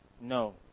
no